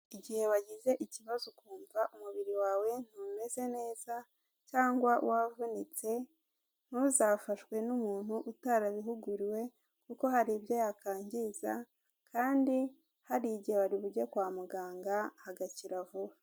Igihe wagize ikibazo ukumva umubiri wawe ntumeze neza cyangwa wavunitse, ntuzafashwe n'umuntu utarabihuguriwe kuko hari ibyo yakangiza kandi hari igihe wari bujye kwa muganga hagakira vuba.